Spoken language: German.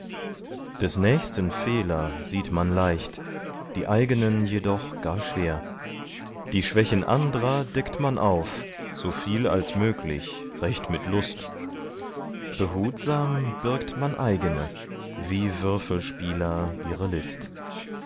des nächsten fehler sieht man leicht die eigenen jedoch gar schwer die schwächen andrer deckt man auf so viel als möglich recht mit lust behutsam birgt man eigene wie würfelspieler ihre list